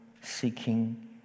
seeking